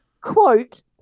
quote